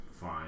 fine